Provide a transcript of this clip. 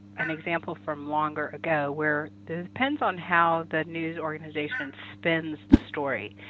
an example from longer ago where depends on how the news organization spins the story.